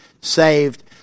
saved